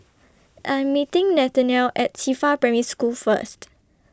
I'm meeting Nathaniel At Qifa Primary School First